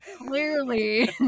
Clearly